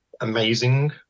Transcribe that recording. amazing